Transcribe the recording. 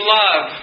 love